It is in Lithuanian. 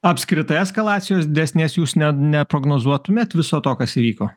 apskritai eskalacijos didesnės jūs net ne prognozuotumėt viso to kas įvyko